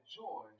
joy